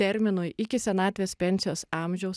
terminui iki senatvės pensijos amžiaus